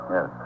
Yes